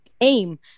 aim